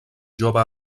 jove